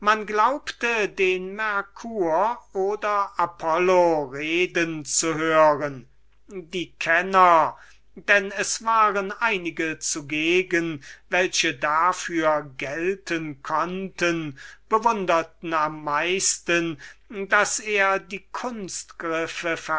man glaubte den mercur oder apollo reden zu hören die kenner denn es waren einige zugegen welche davor gelten konnten bewunderten am meisten daß er die